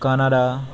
Canada